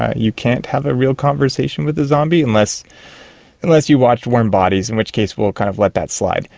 you can't have a real conversation with a zombie unless unless you watched warm bodies, in which case we will kind of let that slide.